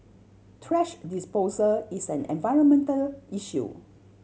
thrash disposal is an environmental issue